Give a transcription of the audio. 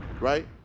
right